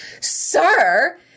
sir